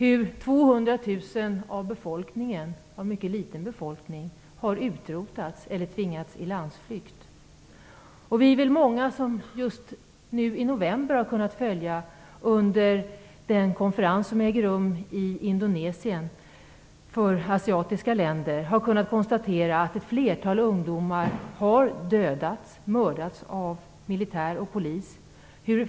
200 000 människor - av en mycket liten befolkning - har utrotats eller tvingats i landsflykt. Vi är väl många som under den konferens för asiatiska länder som nu i november äger rum i Indonesien har kunnat konstatera att ett flertal ungdomar har dödats, mördats, av militär och polis.